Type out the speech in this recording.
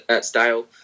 style